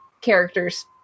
character's